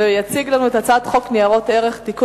ויציג לנו את הצעת חוק ניירות ערך (תיקון